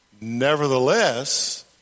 Nevertheless